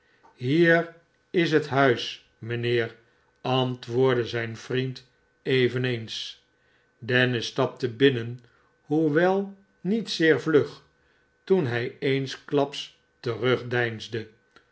hier ishethuis mijnheer antwoordde zijn vriend eveneens dennis stapte binnen hoewel niet zeer vlug toen hij eensklaps terugdeinsde